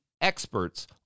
experts